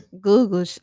Google